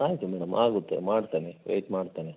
ಆಯಿತು ಮೇಡಮ್ ಆಗುತ್ತೆ ಮಾಡ್ತೇನೆ ವೇಟ್ ಮಾಡ್ತೇನೆ